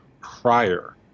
prior